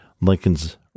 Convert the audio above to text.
Lincoln's